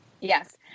Yes